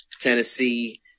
Tennessee